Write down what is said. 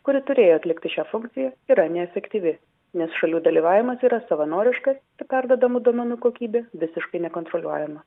kuri turėjo atlikti šią funkciją yra neefektyvi nes šalių dalyvavimas yra savanoriškas perduodamų duomenų kokybė visiškai nekontroliuojama